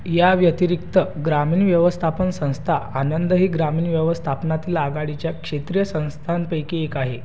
या व्यतिरिक्त ग्रामीण व्यवस्थापन संस्था आनंद ही ग्रामीण व्यवस्थापनातील आघाडीच्या क्षेत्रीय संस्थांपैकी एक आहे